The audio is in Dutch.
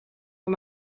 van